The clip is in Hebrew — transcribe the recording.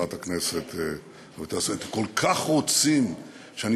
חברת הכנסת רויטל סויד: כל כך רוצים שאני